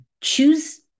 Choose